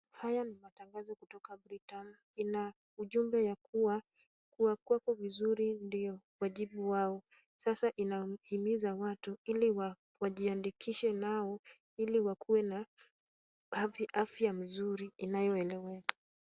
Haya ni matangazo kutoka Britam. Ina ujumbe ya kuwa, kuwa kwako vizuri ndio wajibu wao. Sasa inamhimiza watu ili wajiandikishe nao, ili wakuwe na afya mzuri inayoeleweka.